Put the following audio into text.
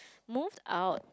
moved out